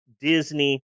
Disney